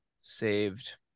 saved